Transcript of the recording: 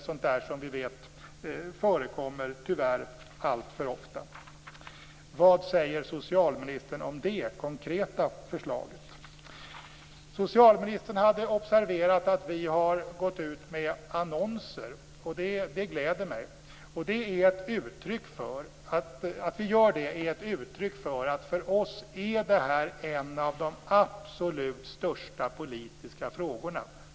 Det är ju sådant som vi vet tyvärr förekommer alltför ofta. Socialministern hade observerat att vi har gått ut med annonser. Det gläder mig. Att vi gör det är ett uttryck för att för oss är det här en av de absolut största politiska frågorna.